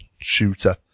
shooter